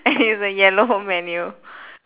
and it's a yellow menu